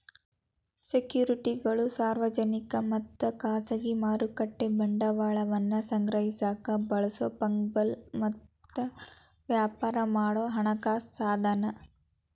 ಸೆಕ್ಯುರಿಟಿಗಳು ಸಾರ್ವಜನಿಕ ಮತ್ತ ಖಾಸಗಿ ಮಾರುಕಟ್ಟೆ ಬಂಡವಾಳವನ್ನ ಸಂಗ್ರಹಿಸಕ ಬಳಸೊ ಫಂಗಬಲ್ ಮತ್ತ ವ್ಯಾಪಾರ ಮಾಡೊ ಹಣಕಾಸ ಸಾಧನ